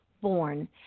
Born